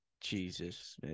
Jesus